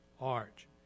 arch